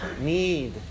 need